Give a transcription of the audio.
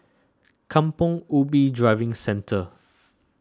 Kampong Ubi Driving Centre